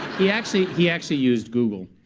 he actually he actually used google.